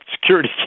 Security